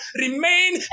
remain